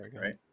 right